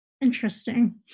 interesting